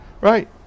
right